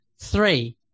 three